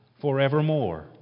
forevermore